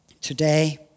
today